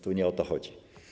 Tu nie o to chodzi.